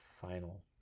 final